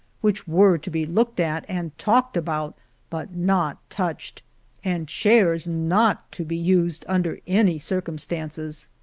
which were to be looked at and talked about but not touched and chairs not to be used under any circumstances.